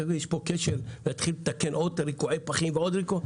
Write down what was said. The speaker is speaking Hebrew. יש פה כשל ואתחיל לתקן ריקועי פחים ועוד ריקוע.